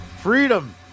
Freedom